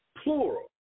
Plural